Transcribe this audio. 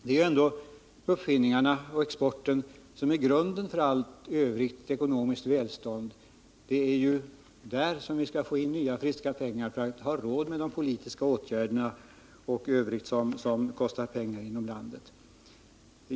Det är ju ändå uppfinningarna och exporten som är grunden för allt övrigt ekonomiskt välstånd. Det är ju genom exporten som vi skall få in nya, friska pengar för att ha råd med de politiska 155 åtgärderna och övrigt som kostar pengar inom landet.